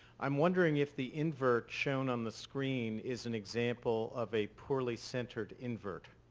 i'm wondering if the invert shown on the screen is an example of a poorly centered invert?